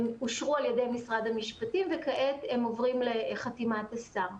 הם אושרו על ידי משרד המשפטים וכעת הם עוברים לחתימת השר.